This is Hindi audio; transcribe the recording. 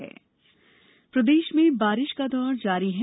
मौसम प्रदेश में बारिश का दौर जारी है